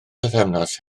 pythefnos